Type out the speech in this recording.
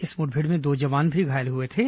इस मुठभेड़ में दो जवान भी घायल हुए थे